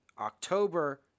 October